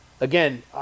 Again